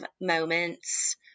moments